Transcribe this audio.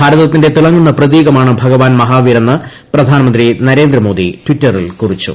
ഭാരതത്തിന്റെ തിളങ്ങുന്ന പ്രതീകമാണ് ഭഗവാൻ മഹാവീരെന്ന് പ്രധാനമന്ത്രി നരേന്ദ്രമോദി ടിറ്ററിൽ കുറിച്ചു